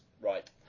Right